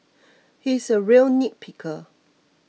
he is a real nitpicker